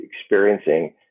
experiencing